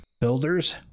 builders